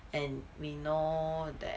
and we know that